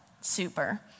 super